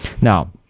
Now